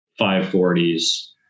540s